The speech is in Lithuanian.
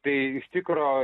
tai iš tikro